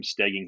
Stegging